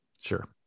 Sure